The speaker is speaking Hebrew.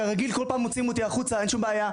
כרגיל כל פעם מוציאים אותי החוצה אין לי בעיה,